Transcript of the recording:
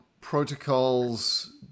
protocols